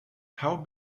how